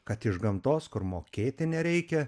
kad iš gamtos kur mokėti nereikia